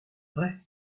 vrai